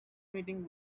meeting